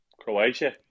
Croatia